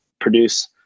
produce